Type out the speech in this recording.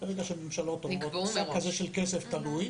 ברגע שממשלות --- של כסף תלוי,